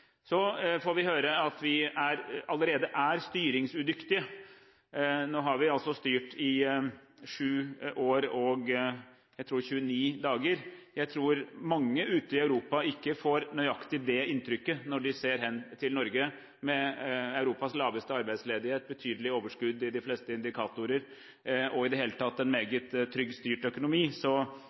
Så får vi høre at vi allerede er styringsudyktige. Nå har vi altså styrt i sju år og – jeg tror det er – 29 dager. Jeg tror mange ute i Europa ikke får nøyaktig det inntrykket når de ser hen til Norge, med Europas laveste arbeidsledighet, betydelig overskudd i de fleste indikatorer og i det hele tatt en meget trygg, styrt økonomi.